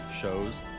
shows